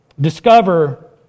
discover